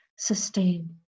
Sustain